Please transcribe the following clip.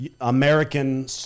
American